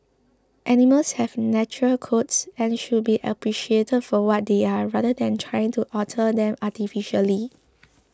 animals have natural coats and should be appreciated for what they are rather than trying to alter them artificially